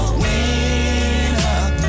winner